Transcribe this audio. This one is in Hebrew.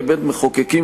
כבית-מחוקקים,